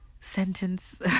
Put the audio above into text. sentence